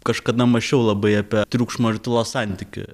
kažkada mąsčiau labai apie triukšmo ir tylos santykį